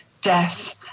death